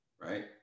right